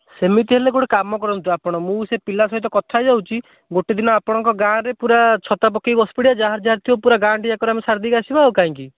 ସେମିତି ହେଲେ ଗୋଟେ କାମ କରନ୍ତୁ ଆପଣ ମୁଁ ସେ ପିଲା ସହିତ କଥା ହେଇଯାଉଛି ଗୋଟେ ଦିନ ଆପଣଙ୍କ ଗାଁରେ ପୂରା ଛତା ପକାଇ ବସିପଡ଼ିବା ଯାହାର ଯାହାର ଥିବ ପୂରା ଗାଁଟି ଯାକର ଆମେ ସାରିଦେଇକି ଆସିବା ଆଉ କାହିଁକି